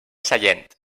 sallent